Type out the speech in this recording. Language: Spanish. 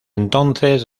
entonces